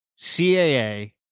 CAA